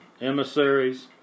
emissaries